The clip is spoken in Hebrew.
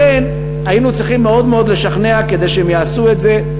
לכן היינו צריכים מאוד מאוד לשכנע כדי שהם יעשו את זה,